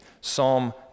Psalm